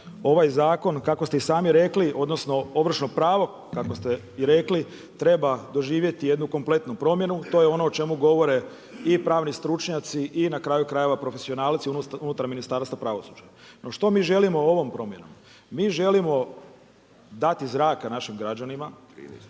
ovaj zakon kako ste i sami rekli, odnosno ovršno pravo kako ste i rekli treba doživjeti jednu kompletnu promjenu, to je ono o čemu govore i pravni stručnjaci i na kraju krajeva profesionalci unutar Ministarstva pravosuđa. No što mi želimo ovom promjenom? Mi želimo dati zraka našim građanima,